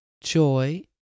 joy